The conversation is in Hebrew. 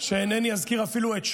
שלא אזכיר אפילו את שמו,